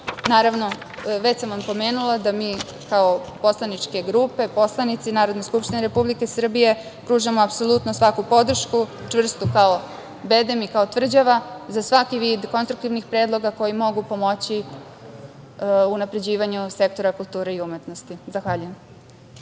naroda. Naravno, već sam vam pomenula, da mi kao poslaničke grupe, poslanici Narodne skupštine Republike Srbije, pružamo apsolutno svaku podršku, čvrstu kao bedem i tvrđavu, za svaki vid konstruktivnih predloga koji mogu pomoći u unapređivanju sektora kulture i umetnosti. Zahvaljujem.